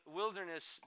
wilderness